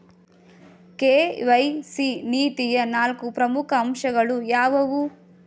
KYC ನೀತಿಯ ನಾಲ್ಕು ಪ್ರಮುಖ ಅಂಶಗಳು ಯಾವುವು?